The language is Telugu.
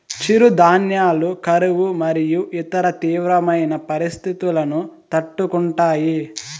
చిరుధాన్యాలు కరువు మరియు ఇతర తీవ్రమైన పరిస్తితులను తట్టుకుంటాయి